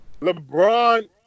LeBron